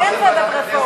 כי אין ועדת רפורמות.